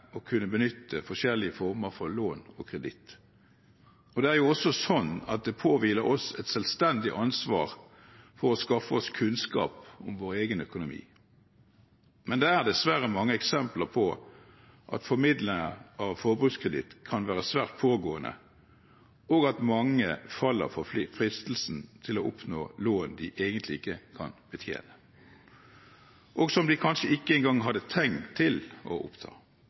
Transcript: å kunne benytte flere former for lån og kreditt. Det er også slik at det påhviler oss et selvstendig ansvar for å skaffe oss kunnskap om vår egen økonomi. Men det er dessverre mange eksempler på at formidlerne av forbrukskreditt kan være svært pågående, og at mange faller for fristelsen til å oppta lån de egentlig ikke kan betjene, og som de kanskje ikke engang hadde tenkt å ta opp. Det er derfor all grunn til å